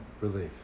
relief